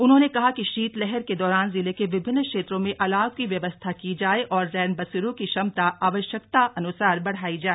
उन्होंने कहा कि शीतलहर के दौरान जिले के विभिन्न क्षेत्रों में अलाव की व्यवस्था की जाए और रैनबसैरों की क्षमता आवश्यकतान्सार बढ़ाई जाए